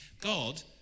God